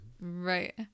Right